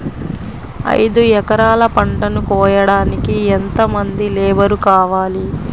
ఐదు ఎకరాల పంటను కోయడానికి యెంత మంది లేబరు కావాలి?